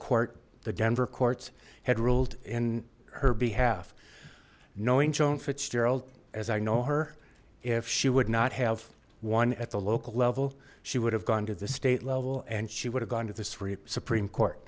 court the denver courts had ruled in her behalf knowing john fitzgerald as i know her if she would not have won at the local level she would have gone to the state level and she would have gone to the supreme court